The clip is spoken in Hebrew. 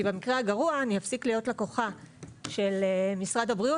כי במקרה הגרוע אני אפסיק להיות לקוחה של משרד הבריאות